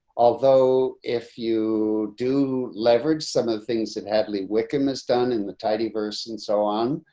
although if you do leverage some of the things that hadley wickedness done in the tidy verse and so on,